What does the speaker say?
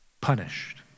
punished